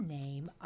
name